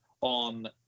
on